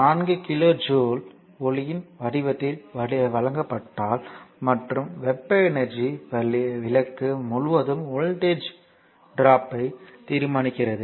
4 kilo joule ஒளியின் வடிவத்தில் வழங்கப்பட்டால் மற்றும் வெப்ப எனர்ஜி விளக்கு முழுவதும் வோல்டேஜ் ட்ராப்யை தீர்மானிக்கிறது